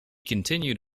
continued